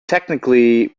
technically